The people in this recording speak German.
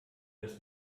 das